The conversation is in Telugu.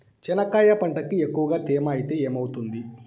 చెనక్కాయ పంటకి ఎక్కువగా తేమ ఐతే ఏమవుతుంది?